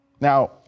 Now